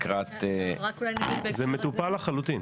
זה מטופל לחלוטין.